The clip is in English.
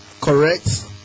Correct